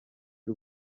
y’u